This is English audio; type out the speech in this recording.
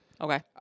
Okay